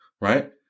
Right